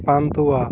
pantua